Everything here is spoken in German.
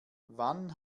wann